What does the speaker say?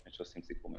לפני שעושים סיכומים.